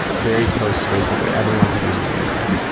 very close to basically everyone who uses the internet.